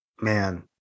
man